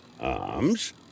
arms